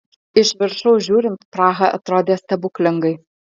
iš viršaus žiūrint praha atrodė stebuklingai